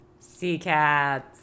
Seacats